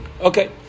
okay